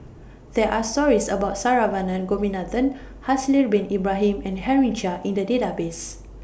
There Are stories about Saravanan Gopinathan Haslir Bin Ibrahim and Henry Chia in The Database